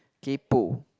keyboard